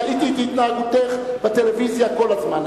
ראיתי את התנהגותך בטלוויזיה כל הזמן,